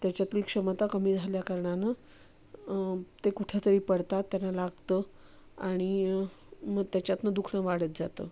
त्याच्यातली क्षमता कमी झाल्याकारणानं ते कुठेतरी पडतात त्यांना लागतं आणि मग त्याच्यातनं दुखणं वाढत जातं